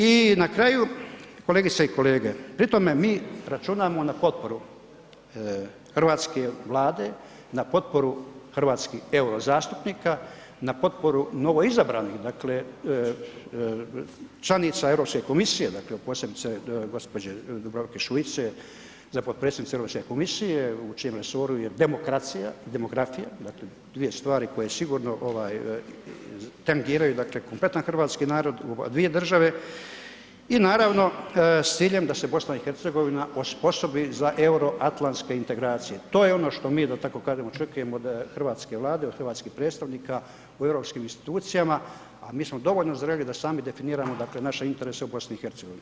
I na kraju, kolegice i kolege pri tome mi računamo na potporu Hrvatske vlade, na potporu hrvatskih euro zastupnika, na potporu novo izabranih dakle članica Europske komisije dakle posebice gospođe Dubravke Šuice za potpredsjednicu Europske komisije u čijem resoru je demokracija i demografija, dakle dvije stvari koje sigurno ovaj tangiraju kompletni hrvatski narod u dvije države i naravno s ciljem da se BiH osposobi za euroatlanske integracije, to je ono što mi da tako kažem očekujemo od Hrvatske vlade, od hrvatskih predstavnika u europskim institucijama, a mi smo dovoljno zreli da sami definiramo dakle naše interese u BiH.